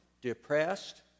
depressed